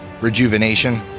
rejuvenation